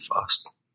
fast